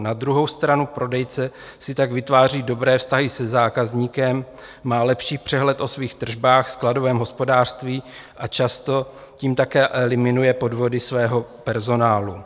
Na druhou stranu prodejce si tak vytváří dobré vztahy se zákazníkem, má lepší přehled o svých tržbách, skladovém hospodářství a často tím také eliminuje podvody svého personálu.